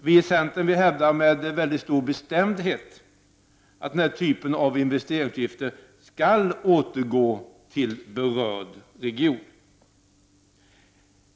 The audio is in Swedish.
Vi i centern hävdar med väldigt stor bestämdhet att investeringsavgifter av den här typen skall återgå till berörd region.